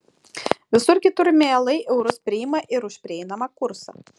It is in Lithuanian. visur kitur mielai eurus priima ir už prieinamą kursą